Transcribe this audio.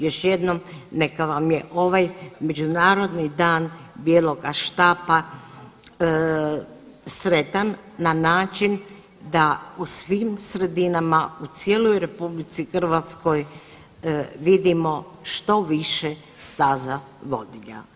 Još jednom neka vam je ovaj Međunarodni dan bijeloga štapa sretan na način da u svim sredinama u cijeloj RH vidimo što više staza vodilja.